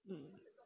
hmm